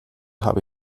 habe